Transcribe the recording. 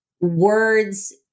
words